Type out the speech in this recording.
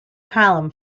column